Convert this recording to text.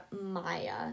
Maya